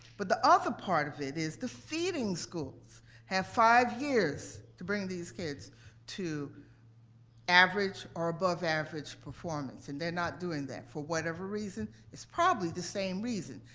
but the other part of it is the feeding schools have five years to bring these kids to average or above average performance, and they're not doing that, for whatever reason, it's probably the same reason.